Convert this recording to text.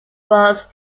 was